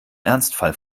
ernstfall